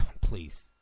Please